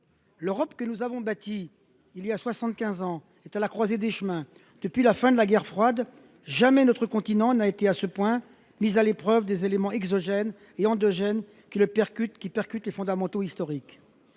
L’Europe que nous avons bâtie depuis soixante quinze ans est à la croisée des chemins. Depuis la fin de la guerre froide, jamais notre continent n’a été, à ce point, mis à l’épreuve par des éléments exogènes et endogènes qui le percutent dans ses fondamentaux historiques.